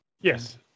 Yes